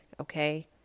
okay